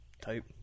type